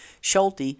Schulte